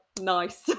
nice